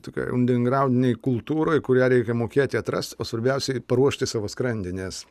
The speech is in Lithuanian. tokioj undergraudinėj kultūroj kurią reikia mokėti atrast o svarbiausiai paruošti savo skrandį nes